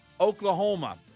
Oklahoma